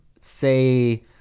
say